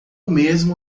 mesmo